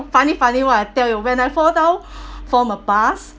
funny funny one I tell you when I fall down from a bus